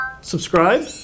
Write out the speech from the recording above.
subscribe